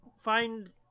find